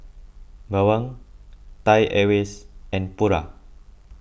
Bawang Thai Airways and Pura